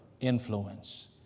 influence